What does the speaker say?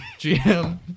GM